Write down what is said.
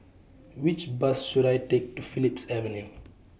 Which Bus should I Take to Phillips Avenue